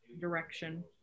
direction